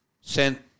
sent